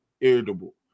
irritable